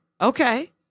Okay